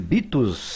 Bitos